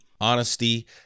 honesty